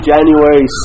January